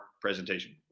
presentation